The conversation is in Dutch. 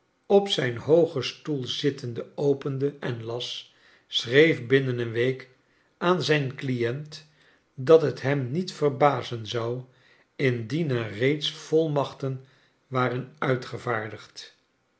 op zijn hoogen stoel zittende opende en las schreef binnen een week aan zijn client dat t hem niet verbazen zou indien er reeds volmachten waren uitgevaardigd